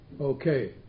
Okay